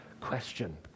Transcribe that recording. question